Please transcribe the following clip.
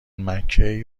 مککی